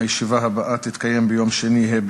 הישיבה הבאה תתקיים ביום שני,